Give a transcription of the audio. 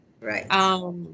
Right